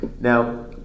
Now